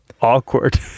awkward